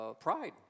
Pride